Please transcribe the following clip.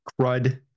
crud